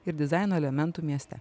ir dizaino elementų mieste